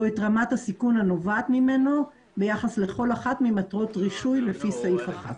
או את רמת הסיכון הנובעת ממנו ביחס לכל אחת ממטרות רישוי לפי סעיף זה".